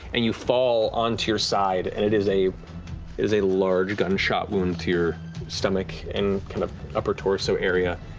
and you fall onto your side, and it is a is a large gunshot wound to your stomach and kind of upper torso area,